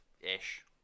ish